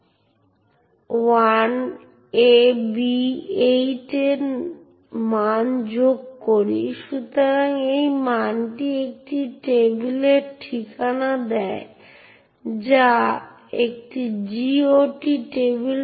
একবার আপনি open system call ব্যবহার করে একটি ফাইল খুললে যেখানে আপনি সেই নির্দিষ্ট ডেস্ক্রিপ্টর পড়তে বা লিখতে বা যুক্ত করতে চান এমন অনুমতি সহ একটি ফাইল পাথ নির্দিষ্ট করে এবং আপনি একটি ফাইল ডেস্ক্রিপ্টর পাবেন